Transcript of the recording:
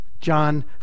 John